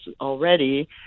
already